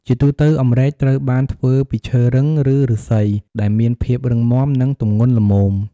ជាទូទៅ អម្រែកត្រូវបានធ្វើពីឈើរឹង ឬឫស្សីដែលមានភាពរឹងមាំ និងទម្ងន់ល្មម។